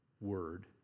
word